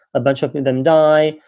a bunch of them die.